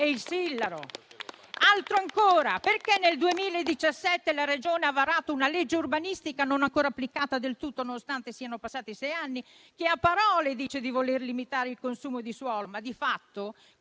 il Sillaro? E ancora: perché nel 2017 la Regione ha varato una legge urbanistica, non ancora applicata del tutto, nonostante siano passati sei anni, che a parole dice di voler limitare il consumo di suolo, ma che di fatto